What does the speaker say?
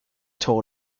told